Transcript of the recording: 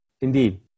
Indeed